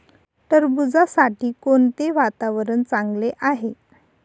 टरबूजासाठी कोणते वातावरण चांगले आहे?